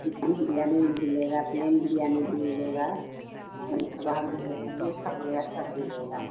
chicken biryani भी मिलेगा plain biryani भी मिलेगा तम तबा मिलेगा जो खाइयेगा सब मिलेगा